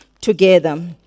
together